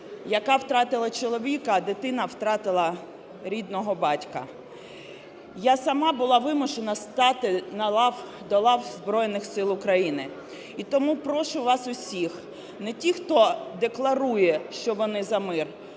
яка втратила чоловіка, а дитина втратила рідного батька. Я сама була вимушена стати до лав Збройних Сил України. І тому прошу вас усіх не тих, хто декларує, що вони за мир,